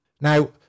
Now